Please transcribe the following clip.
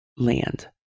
land